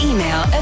Email